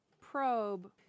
Probe